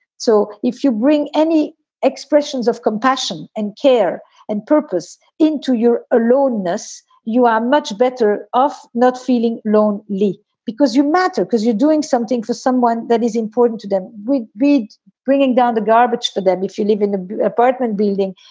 so if you bring any expressions of compassion and care and purpose into your aloneness, you are much better off not feeling lonely because you matter, because you're doing something for someone that is important to them. we'd be bringing down the garbage for them. if you live in the apartment building,